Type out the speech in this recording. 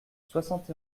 soixante